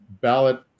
ballot